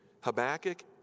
Habakkuk